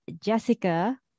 Jessica